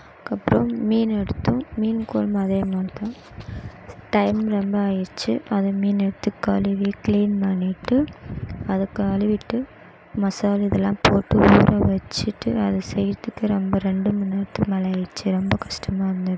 அதுக்கு அப்றம் மீன எடுத்தும் மீன் கொழம்பு அதே மாதிரி தான் டைம் ரொம்ப ஆயிடுச்சு அது மீன் எடுத்து கழுவி க்ளீன் பண்ணிவிட்டு அதை கழிவிட்டு மசாலா இதெல்லாம் போட்டு ஊற வச்சுட்டு அதை செய்கிறத்துக்கு ரொம்ப ரெண்டு மணி நேரத்துக்கு மேலே ஆகிடுச்சு ரொம்ப கஷ்டமா இருந்தது